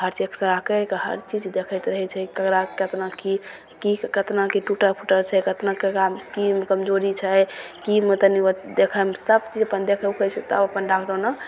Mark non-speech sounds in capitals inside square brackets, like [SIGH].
हर चीज एक्सरे करिके हर चीज देखैत रहय छै ककरा केतना की की केतना की टुटल फुटल छै केतना [UNINTELLIGIBLE] की कमजोरी छै कि मतलब देखयमे सभचीज देखय उखय छै तऽ अपन डॉक्टर ओना